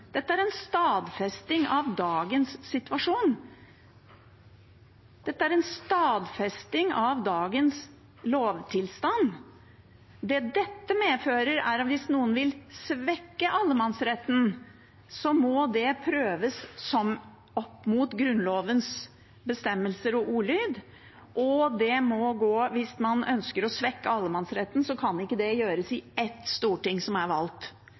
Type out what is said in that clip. dette er en stadfesting av dagens situasjon, dette er en stadfesting av dagens lovtilstand. Det dette medfører, er at hvis noen vil svekke allemannsretten, må det prøves opp mot Grunnlovens bestemmelser og ordlyd, og hvis man ønsker å svekke allemannsretten, kan ikke det gjøres i ett storting som er valgt.